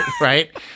Right